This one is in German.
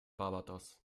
barbados